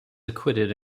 acquitted